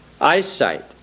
Eyesight